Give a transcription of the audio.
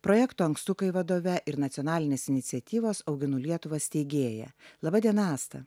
projekto ankstukai vadove ir nacionalinės iniciatyvos auginu lietuvą steigėja laba diena asta